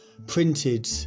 printed